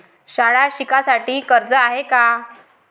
शाळा शिकासाठी कर्ज हाय का?